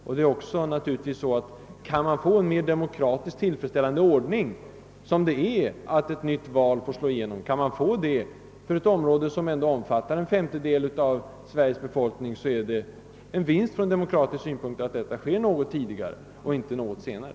Och om det går att för ett område, som omfattar en femtedel av Sveriges befolkning, genomföra en mera tillfredsställande demokratisk ordning, innebärande att ett nytt val omedelbart får slå igenom, så är det en vinst att detta sker något tidigare och inte något senare.